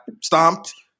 stomped